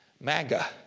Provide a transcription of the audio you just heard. Maga